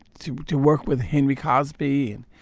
to to work with henry cosby and